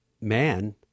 man